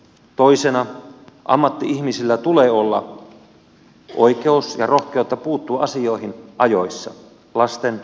toisena ammatti ihmisillä tulee olla oikeus ja rohkeutta puuttua asioihin ajoissa lasten pahoinvointiin